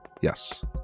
Yes